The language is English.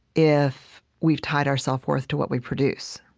if we've tied our self-worth to what we produce?